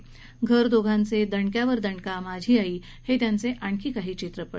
घर दोघांचे दणक्यावर दणका माझी आई हे त्यांचे आणखी काही चित्रपट